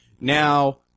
Now